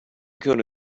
gonna